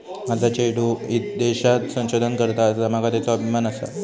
माझा चेडू ईदेशात संशोधन करता आसा, माका त्येचो अभिमान आसा